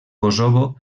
kosovo